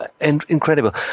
Incredible